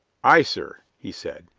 aye, sir, he said,